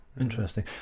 Interesting